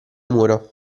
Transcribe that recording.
muro